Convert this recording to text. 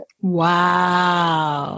Wow